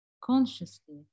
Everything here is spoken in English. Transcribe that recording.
consciously